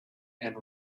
and